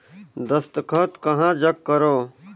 दस्खत कहा जग करो?